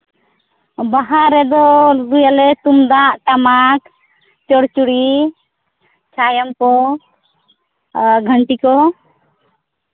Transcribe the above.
ᱵᱟᱦᱟ ᱨᱮᱫᱚ ᱨᱩᱭᱟᱞᱮ ᱛᱩᱢᱫᱟᱹᱜ ᱴᱟᱢᱟᱠ ᱪᱚᱲᱪᱩᱲᱤ ᱪᱷᱟᱭᱚᱢ ᱠᱚ ᱟᱨ ᱜᱷᱟᱹᱴᱤ ᱠᱚ